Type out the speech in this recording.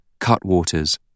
cutwaters